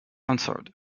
answered